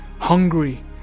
hungry